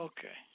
Okay